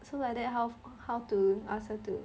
so like that how how to ask her to